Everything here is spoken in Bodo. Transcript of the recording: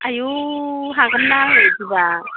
आयु हागोनना आं बिदिबा